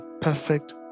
perfect